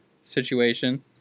situation